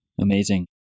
Amazing